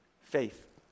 Faith